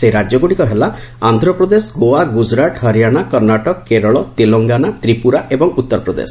ସେହି ରାଜ୍ୟଗୁଡ଼ିକ ହେଲା ଆନ୍ଧ୍ରପ୍ରଦେଶ ଗୋଆ ଗୁଜୁରାଟ୍ ହରିୟାଣା କର୍ଣ୍ଣାଟକ କେରଳ ତେଲଙ୍ଗାନା ତ୍ରିପୁରା ଏବଂ ଉତ୍ତର ପ୍ରଦେଶ